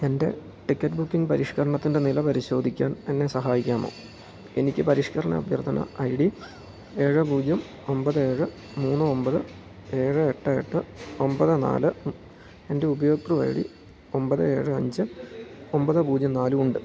എൻ്റെ ticket booking പരിഷ്ക്കരണത്തിൻ്റെ നില പരിശോധിക്കാൻ എന്നെ സഹായിക്കാമോ എനിക്ക് പരിഷ്ക്കരണ അഭ്യർത്ഥന ഐ ഡി ഏഴ് പൂജ്യം ഒമ്പത് ഏഴ് മൂന്ന് ഒമ്പത് ഏഴ് എട്ട് എട്ട് ഒമ്പത് നാല് എൻ്റെ ഉപഭോക്തൃ ഐ ഡി ഒമ്പത് ഏഴ് അഞ്ച് ഒമ്പത് പൂജ്യം നാലും ഉണ്ട്